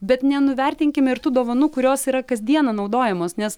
bet nenuvertinkime ir tų dovanų kurios yra kas dieną naudojamos nes